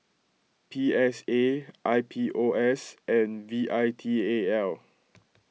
P S A I P O S and V I T A L